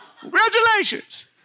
Congratulations